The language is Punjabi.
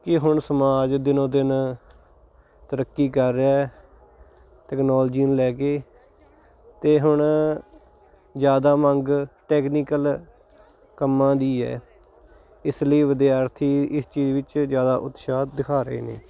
ਕਿ ਹੁਣ ਸਮਾਜ ਦਿਨੋਂ ਦਿਨ ਤਰੱਕੀ ਕਰ ਰਿਹਾ ਹੈ ਟੈਕਨੋਲਜੀ ਨੂੰ ਲੈ ਕੇ ਅਤੇ ਹੁਣ ਜ਼ਿਆਦਾ ਮੰਗ ਟੈਕਨੀਕਲ ਕੰਮਾਂ ਦੀ ਹੈ ਇਸ ਲਈ ਵਿਦਿਆਰਥੀ ਇਸ ਚੀਜ਼ ਵਿੱਚ ਜ਼ਿਆਦਾ ਉਤਸਾਹ ਦਿਖਾ ਰਹੇ ਨੇ